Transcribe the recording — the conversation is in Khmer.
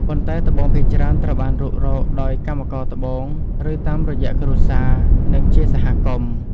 ប៉ុន្តែត្បូងភាគច្រើនត្រូវបានរុករកដោយកម្មករត្បូង ឬតាមរយៈគ្រួសារ និងជាសហគមន៍។